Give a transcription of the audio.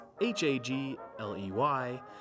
H-A-G-L-E-Y